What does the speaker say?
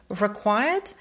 required